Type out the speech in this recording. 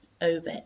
over